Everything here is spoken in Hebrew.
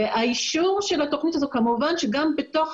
והאישור של התכנית הזאת כמובן שגם בתוך